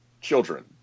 children